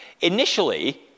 Initially